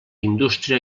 indústria